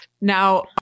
Now